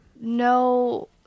No